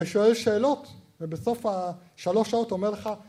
‫אני שואל שאלות, ‫ובסוף השלוש שעות אומר לך...